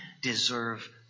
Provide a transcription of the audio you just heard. deserve